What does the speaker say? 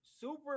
super